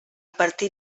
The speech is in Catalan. partit